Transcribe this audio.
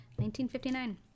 1959